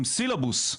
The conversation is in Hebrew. עם סילבוס,